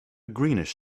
greenish